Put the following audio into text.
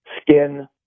skin